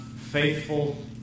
faithful